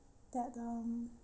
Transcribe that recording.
that um